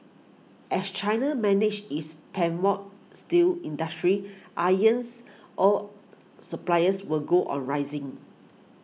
as China manages its steel industry irons ore supplies will go on rising